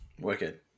Wicked